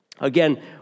Again